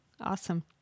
awesome